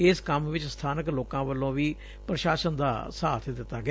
ਇਸ ਕੰਮ ਵਿਚ ਸਬਾਨਕ ਲੋਕਾਂ ਵੱਲੋਂ ਵੀ ਪੁਸ਼ਾਸਨ ਦਾ ਸਾਬ ਦਿੱਤਾ ਗਿਆ